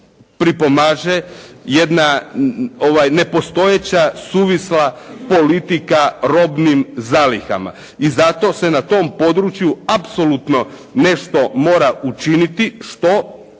pripomaže jedna nepostojeća suvisla politika robnim zalihama i zato se na tom području apsolutno nešto mora učiniti što